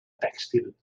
tèxtil